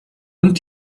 und